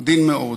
עדין מאוד.